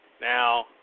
Now